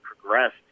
progressed